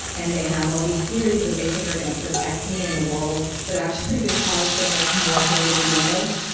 and they have all these theories that they think are gonna protect me in the world, but actually they cause so much more pain and damage.